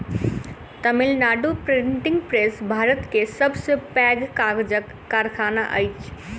Tamil Nadu printing press Bharat के सब से पैघ कागजक कारखाना अछि